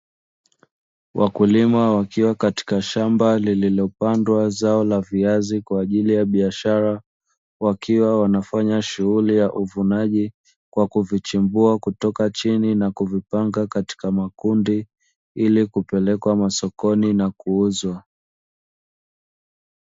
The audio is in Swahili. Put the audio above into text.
Wakulima wakiwa katika shamba lililopandwa zao la viazi kwa ajili ya biashara, wakiwa wanafanya shughuli ya uvunaji kwa kuvichimbua kutoka chini na kuvipanga katika makundi ili kupelekwa masokoni na kuuzwa.